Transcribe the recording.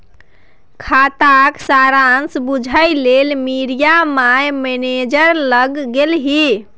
खाताक सारांश बुझय लेल मिरिया माय मैनेजर लग गेलीह